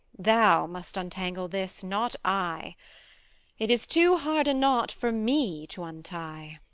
thou must untangle this, not i it is too hard a knot for me to untie!